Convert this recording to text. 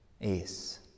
ace